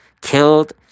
killed